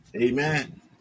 Amen